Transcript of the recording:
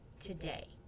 today